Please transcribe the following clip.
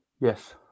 Yes